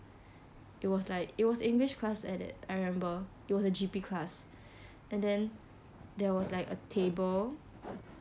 it was like it was english class at it I rememeber it was a G_P class and then there was like a table